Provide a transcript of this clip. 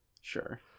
Sure